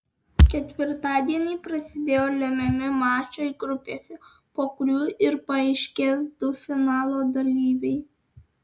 ketvirtadienį prasidėjo lemiami mačai grupėse po kurių ir paaiškės du finalo dalyviai